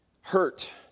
hurt